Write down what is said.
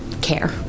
care